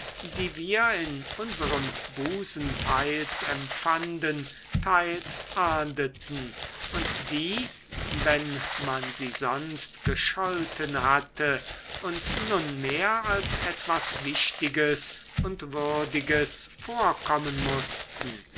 die wir in unserem busen teils empfanden teils ahndeten und die wenn man sie sonst gescholten hatte uns nunmehr als etwas wichtiges und würdiges vorkommen mußten